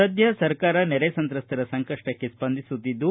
ಸದ್ಯ ಸರ್ಕಾರ ನೆರೆ ಸಂತ್ರಸ್ತರ ಸಂಕಷ್ಟಕ್ಕೆ ಸ್ಪಂದಿಸುತ್ತಿದ್ದು